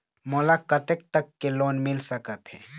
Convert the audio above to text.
मोला कतेक तक के लोन मिल सकत हे?